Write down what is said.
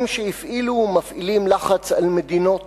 הם שהפעילו ומפעילים לחץ על מדינות